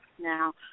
Now